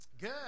Good